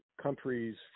countries